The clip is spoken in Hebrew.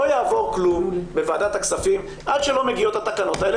לא יעבור כלום בוועדת הכספים עד שלא מגיעות התקנות האלה,